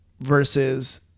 versus